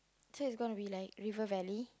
so its gonna be like River Valley